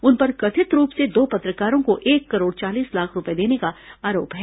उन पर कथित रूप से दो पत्रकारों को एक करोड़ चालीस लाख रूपये देने का आरोप है